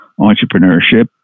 entrepreneurship